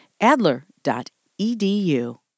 Adler.edu